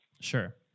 Sure